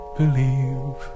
believe